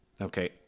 Okay